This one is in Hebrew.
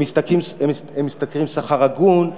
הם משתכרים שכר הגון,